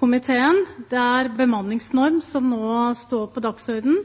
komiteen. Det er bemanningsnorm som nå står på dagsordenen,